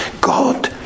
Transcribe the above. God